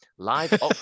Live